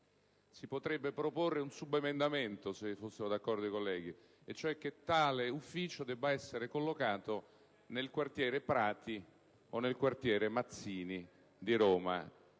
si potrebbe proporre un subemendamento, se fossero d'accordo i colleghi: e cioè che tale ufficio debba essere collocato nel quartiere Prati o nel quartiere Mazzini di Roma.